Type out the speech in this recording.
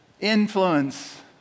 Influence